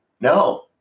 no